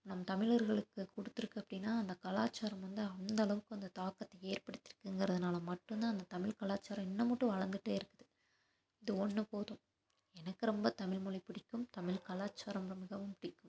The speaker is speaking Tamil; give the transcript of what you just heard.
நம் தமிழர்களுக்கு கொடுத்துருக்கு அப்படினா அந்த கலாச்சாரம் வந்து அந்த அளவுக்கு வந்து தாக்கத்தை ஏற்படுத்திருக்குங்கிறதுனால மட்டும் தான் இந்த தமிழ் கலாச்சாரம் இன்னமுட்டு வளர்ந்துட்டே இருக்குது இது ஒன்று போதும் எனக்கு ரொம்ப தமிழ் மொழி பிடிக்கும் தமிழ் கலாச்சாரம் ரொம்பவும் பிடிக்கும்